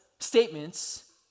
statements